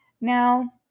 Now